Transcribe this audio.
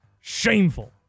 Shameful